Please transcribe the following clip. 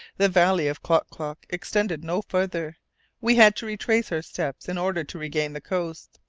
the valley of klock-klock extended no farther we had to retrace our steps in order to regain the coast.